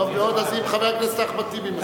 אם חבר הכנסת אחמד טיבי מסכים.